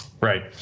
right